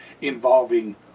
involving